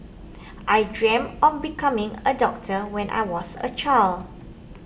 I dreamt of becoming a doctor when I was a child